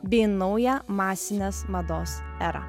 bei naują masinės mados erą